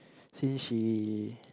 since she